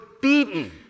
beaten